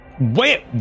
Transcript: wait